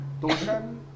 Toshan